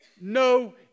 no